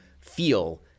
feel